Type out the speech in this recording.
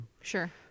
Sure